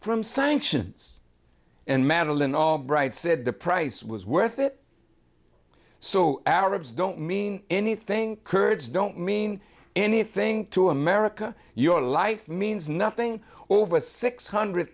from sanctions and madeline albright said the price was worth it so arabs don't mean anything kurds don't mean anything to america your life means nothing or over six hundred